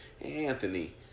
Anthony